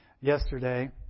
yesterday